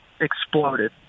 exploded